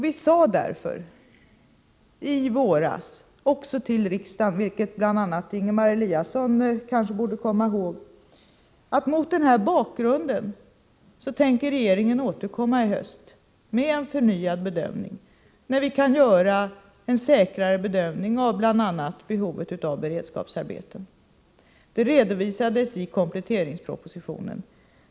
Vi sade därför i våras — också till riksdagen, vilket bl.a. Ingemar Eliasson kanske borde komma ihåg — att regeringen mot den bakgrunden tänkte återkomma i höst med en förnyad bedömning, när vi kunde göra en säkrare bedömning av bl.a. behovet av beredskapsarbeten. Det redovisades i kompletteringspropositionen.